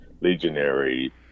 legionary